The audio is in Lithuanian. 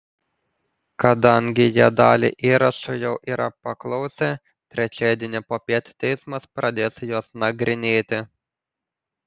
kadangi jie dalį įrašų jau yra paklausę trečiadienį popiet teismas pradės juos nagrinėti